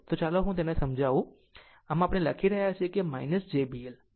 તો ચાલો હું તેને સમજીએ આમ જ અહીં આપણે લખી રહ્યા છીએ jB L